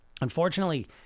unfortunately